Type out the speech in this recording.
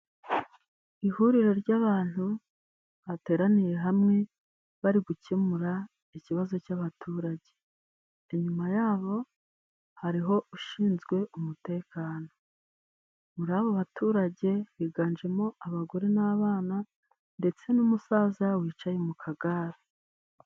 Ihuriro ry'abantu bateraniye hamwe bari gukemura ikibazo cy'abaturage. Inyuma yabo hariho ushinzwe umutekano. Abo baturage biganjemo abagore n'abana ndetse n'umusaza wicaye mu kagare.